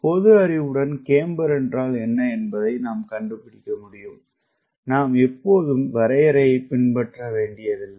பொது அறிவுடன் கேம்பர் என்றால் என்ன என்பதை நாம் கண்டுபிடிக்க முடியும் நாம் எப்போதும் வரையறையைப் பின்பற்ற வேண்டியதில்லை